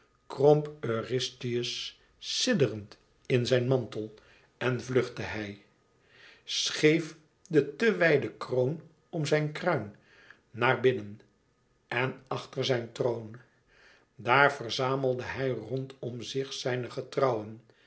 sidderend in zijn mantel en vluchtte hij scheef de te wijde kroon om zijn kruin naar binnen en achter zijn troon daar verzamelde hij rondom zich zijne getrouwen